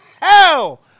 hell